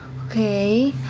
okay.